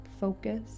Focus